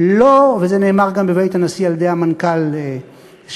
וזה נאמר גם בבית הנשיא על-ידי המנכ"ל שלנו: